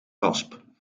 rasp